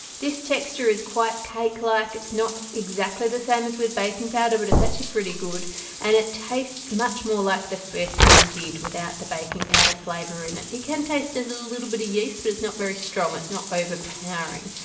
this texture is quite cake like it's not exactly the same as with baking powder but it's actually pretty good and it tastes much more like the first one did without the baking powder flavor in it. you can taste and a little bit of yeast but it's not very strong it's not overpowering.